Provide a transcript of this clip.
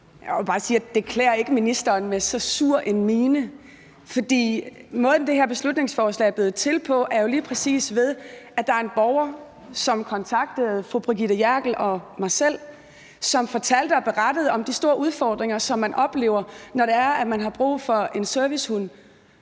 Jeg vil bare sige, at det ikke klæder ministeren at have så sur en mine. For måden, det her beslutningsforslag er blevet til på, er jo lige præcis, ved at der var en borger, som kontaktede fru Brigitte Klintskov Jerkel og mig selv, og som fortalte og berettede om de store udfordringer, som man oplever, når man har brug for en servicehund,